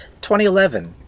2011